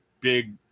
big